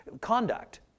conduct